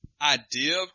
idea